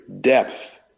depth